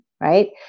right